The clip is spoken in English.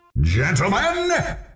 Gentlemen